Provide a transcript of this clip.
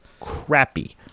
crappy